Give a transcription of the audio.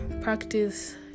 practice